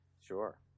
Sure